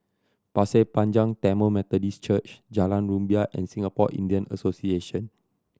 Pasir Panjang Tamil Methodist Church Jalan Rumbia and Singapore Indian Association